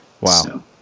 Wow